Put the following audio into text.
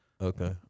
Okay